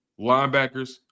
Linebackers